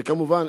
וכמובן,